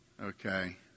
Okay